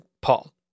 Paul